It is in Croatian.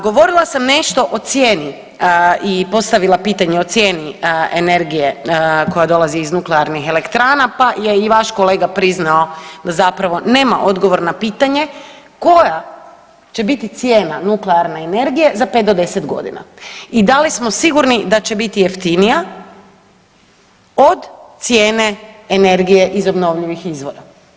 Govorila sam nešto o cijeni i postavila pitanje o cijeni energije koja dolazi iz nuklearnih elektrana, pa je i vaš kolega priznao da zapravo nema odgovor na pitanje koja će biti cijena nuklearne energije za 5 do 10.g. i da li smo sigurni da će biti jeftinija od cijene energije iz obnovljivih izvora.